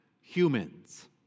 humans